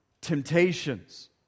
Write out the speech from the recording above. temptations